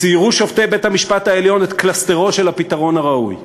ציירו שופטי בית-המשפט העליון את קלסתרו של הפתרון הראוי.